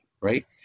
right